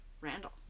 Randall